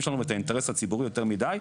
שלנו ואת האינטרס הציבורי יותר מדי,